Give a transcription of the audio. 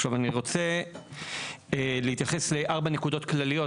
עכשיו אני רוצה להתייחס לארבע נקודות כלליות.